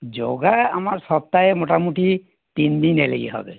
যোগা আমার সপ্তাহে মোটামুটি তিন দিন এলেই হবে